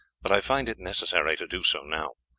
but i find it necessary to do so now.